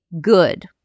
good